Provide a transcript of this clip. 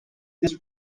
this